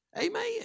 Amen